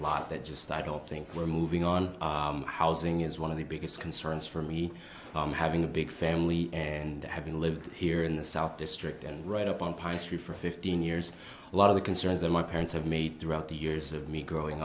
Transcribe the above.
lot that just i don't think we're moving on housing is one of the biggest concerns for me having a big family and having lived here in the south district and right up on pine street for fifteen years a lot of the concerns that my parents have made throughout the years of me growing